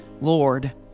Lord